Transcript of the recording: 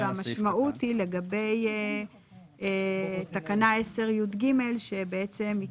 המשמעות היא לגבי תקנה 10(יג) שבעצם היא